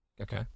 Okay